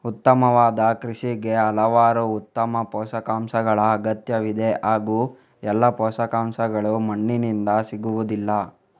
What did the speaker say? ಉತ್ತಮವಾದ ಕೃಷಿಗೆ ಹಲವಾರು ಉತ್ತಮ ಪೋಷಕಾಂಶಗಳ ಅಗತ್ಯವಿದೆ ಹಾಗೂ ಎಲ್ಲಾ ಪೋಷಕಾಂಶಗಳು ಮಣ್ಣಿನಿಂದ ಸಿಗುವುದಿಲ್ಲ